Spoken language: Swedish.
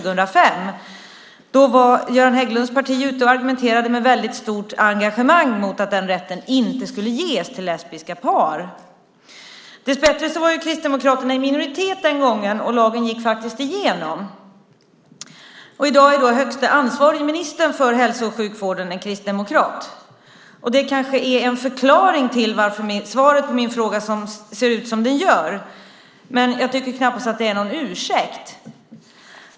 Då var Göran Hägglunds parti ute och argumenterade med ett väldigt stort engagemang för att den rätten inte skulle ges till lesbiska par. Dessbättre var Kristdemokraterna i minoritet den gången, och lagen gick faktiskt igenom. I dag är högste ansvarige ministern för hälso och sjukvården en kristdemokrat. Det kanske är en förklaring till att svaret på min fråga ser ut som det gör, men jag tycker knappast att det är någon ursäkt.